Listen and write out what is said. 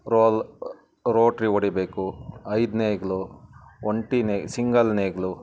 roll rotary ಹೊಡಿಬೇಕು ಐದು ನೇಗಿಲು ಒಂಟಿ ನೆ ಸಿಂಗಲ್ ನೇಗಿಲು